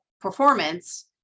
performance